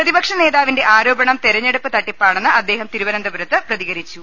പ്രതിപക്ഷ നേതാവിന്റെ ആരോപണം തെര്ഞ്ഞെടുപ്പ് തട്ടിപ്പാണെന്ന് അദ്ദേഹം തിരുവനന്തപുരത്ത് പ്രതികരിച്ചു